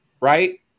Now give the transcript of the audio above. right